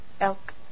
elk